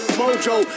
mojo